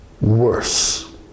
worse